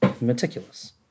meticulous